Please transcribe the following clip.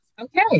Okay